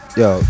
yo